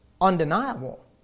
undeniable